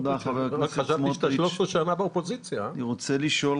אני רוצה לשאול